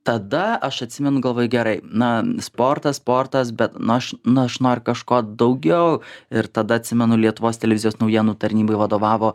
tada aš atsimenu galvoju gerai na sportas sportas nu aš nu aš noriu kažko daugiau ir tada atsimenu lietuvos televizijos naujienų tarnybai vadovavo